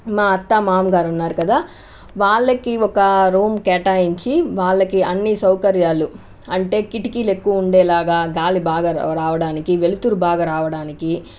మా అత్త మామ గారు ఉన్నారు కదా వాళ్ళకి ఒక రూమ్ కేటాయించి వాళ్ళకి అన్ని సౌకర్యాలు అంటే కిటికీలు ఎక్కువ ఉండేలాగా గాలి బాగా రావడానికి వెలుతురు బాగా రావడానికి